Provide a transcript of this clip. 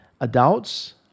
adults